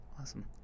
awesome